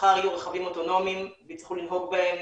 מחר יהיו רכבים אוטונומיים ויצטרכו לנהוג בהם